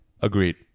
Agreed